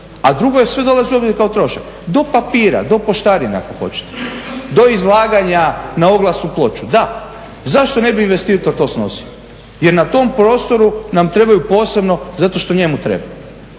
a drugo sve dolazi u obzir kao trošak do papira, do poštarine ako hoćete, do izlaganja na oglasnu ploču. Da, zašto ne bi investitor to snosio. Jer na tom prostoru nam trebaju posebno zato što njemu treba.